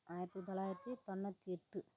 ஆயிரத்து தொள்ளாயிரத்து தொண்ணூற்றி எட்டு